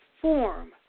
form